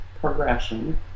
progression